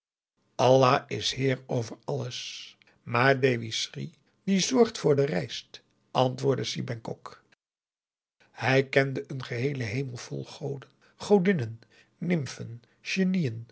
allah is heer over alles maar dewi sri die zorgt voor de rijst antwoordde si bengkok hij kende een geheelen hemel vol goden godinnen nimfen